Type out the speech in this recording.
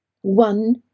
One